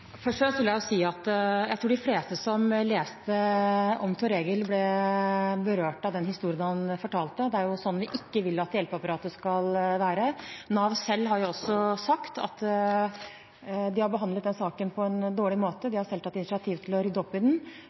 Først og fremst vil jeg si at jeg tror de fleste som leste om Thor-Egil, ble berørt av den historien han fortalte. Det er jo ikke sånn vi vil at hjelpeapparatet skal være. Nav selv har sagt at de har behandlet den saken på en dårlig måte. De har selv tatt initiativ til å rydde opp i den.